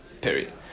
period